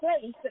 place